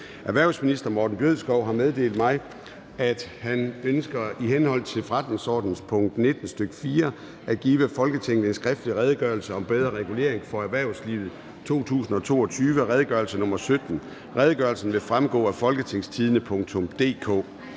Erhvervsministeren (Morten Bødskov) har meddelt mig, at han ønsker i henhold til forretningsordenens § 19, stk. 4, at give Folketinget en skriftlig Redegørelse om bedre regulering for erhvervslivet 2022. (Redegørelse nr. R 17). Redegørelsen vil fremgå af www.folketingstidende.dk.